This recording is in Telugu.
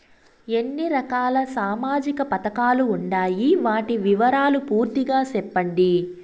ఎన్ని రకాల సామాజిక పథకాలు ఉండాయి? వాటి వివరాలు పూర్తిగా సెప్పండి?